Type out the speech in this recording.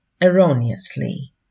erroneously